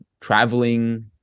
traveling